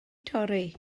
torri